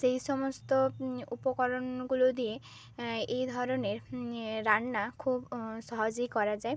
সেই সমস্ত উপকরণগুলো দিয়ে এই ধরনের এ রান্না খুব সহজেই করা যায়